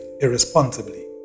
irresponsibly